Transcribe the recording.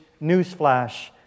newsflash